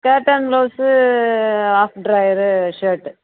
skirt and blouse of drawer shirt